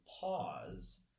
pause